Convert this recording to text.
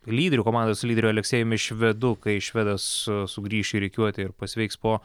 lyderių komandos lyderiu aleksejumi švedu kai švedas sugrįš į rikiuotę ir pasveiks po